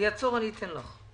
אעצור ואני אתן לך.